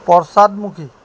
পশ্চাদমুখী